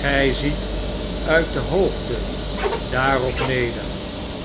xiit de hoogte daarop neder